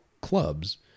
clubs